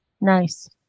Nice